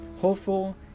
hopeful